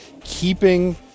keeping